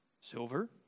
silver